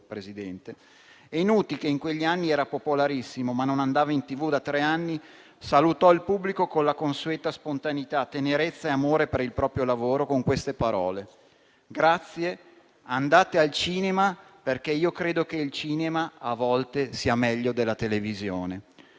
Carrà. Nuti, che in quegli anni era popolarissimo, ma non andava in TV da tre anni, salutò il pubblico con la consueta spontaneità, tenerezza e amore per il proprio lavoro, con queste parole: «Grazie, andate al cinema, perché io credo che il cinema a volte sia meglio della televisione».